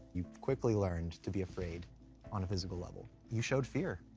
you quickly learned to be afraid on a physical level. you showed fear.